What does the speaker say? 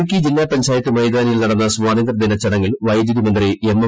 ഇടുക്കി ജില്ലാ പഞ്ചായത്ത് ഐമ്തീർതിയിൽ നടന്ന സ്വാതന്ത്ര്യദിന ചടങ്ങിൽ വൈദ്യുതി മന്ത്രി എം ്എം